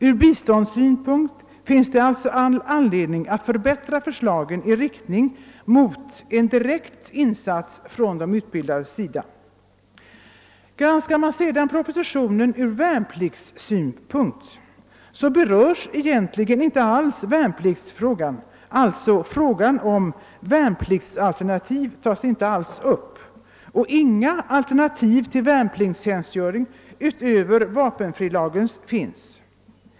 Ur biståndssynpunkt finns det alltså all anledning att förbättra förslagen i riktning mot en direkt insats från de utbildades sida. Granskar man sedan propositionen ur värnpliktssynpunkt berörs egentligen inte alls värnpliktsfrågan — frågan om värnpliktsalternativ tas inte alls upp och inga alternativ till värnpliktstjänstgöring utöver vapenfrilagen finns.